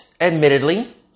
admittedly